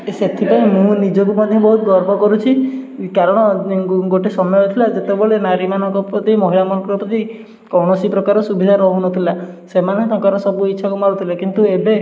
ସେଥିପାଇଁ ମୁଁ ନିଜକୁ ମଧ୍ୟ ବହୁତ ଗର୍ବ କରୁଛି କାରଣ ଗୋଟେ ସମୟ ଥିଲା ଯେତେବେଳେ ନାରୀମାନଙ୍କ ପ୍ରତି ମହିଳା ମାନଙ୍କ ପ୍ରତି କୌଣସି ପ୍ରକାର ସୁବିଧା ରହୁନଥିଲା ସେମାନେ ତାଙ୍କର ସବୁ ଇଚ୍ଛାକୁ ମାରୁଥିଲେ କିନ୍ତୁ ଏବେ